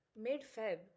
Mid-Feb